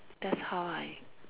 that's how I